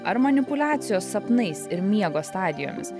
ar manipuliacijos sapnais ir miego stadijomis